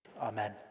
Amen